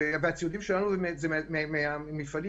הציודים שלנו זה מהמפעלים